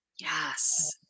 Yes